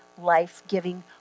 life-giving